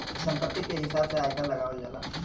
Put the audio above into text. संपत्ति के हिसाब से आयकर लगावल जाला